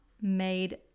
made